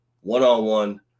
one-on-one